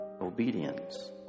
obedience